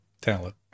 talent